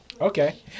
Okay